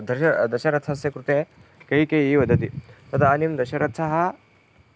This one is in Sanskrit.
दश दशरथस्य कृते कैकेयी वदति तदानीं दशरथः